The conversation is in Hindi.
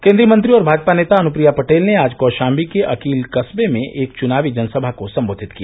केन्द्रीय मंत्री और भाजपा नेता अनुप्रिया पटेल ने आज कौशाम्बी के अकिल कस्बे में एक चुनावी जनसभा को सम्बोधित किया